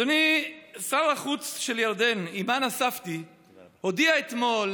אדוני שר החוץ של ירדן אימן אל-ספדי הודיע אתמול